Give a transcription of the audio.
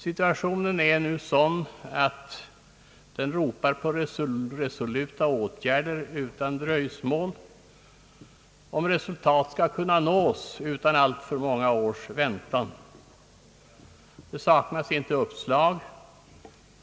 Situationen är nu sådan, att den ropar på resoluta åtgärder utan dröjsmål om resultat skall kunna nås utan alltför många års väntan. Det saknas inte uppslag.